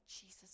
Jesus